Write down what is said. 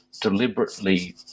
deliberately